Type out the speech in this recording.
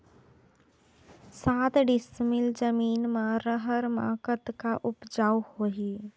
साठ डिसमिल जमीन म रहर म कतका उपजाऊ होही?